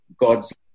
God's